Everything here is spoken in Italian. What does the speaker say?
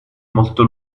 molto